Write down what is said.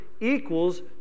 equals